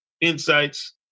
insights